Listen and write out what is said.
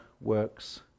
works